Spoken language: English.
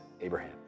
Abraham